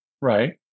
right